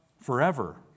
Forever